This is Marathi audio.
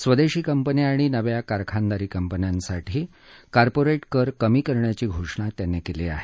स्वदेशी कंपन्या आणि नव्या कारखानदारी कंपन्यांसाठी कार्पोरेट कर कमी करण्याची घोषणा त्यांनी केली आहे